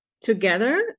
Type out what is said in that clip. together